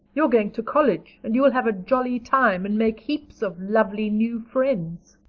you're going to college and you'll have a jolly time and make heaps of lovely new friends.